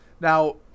Now